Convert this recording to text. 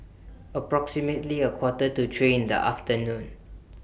approximately A Quarter to three in The afternoon